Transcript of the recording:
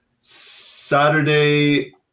Saturday